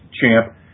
champ